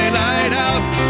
lighthouse